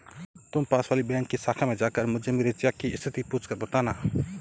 तुम पास वाली बैंक की शाखा में जाकर मुझे मेरी चेक की स्थिति पूछकर बताना